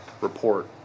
report